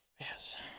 Yes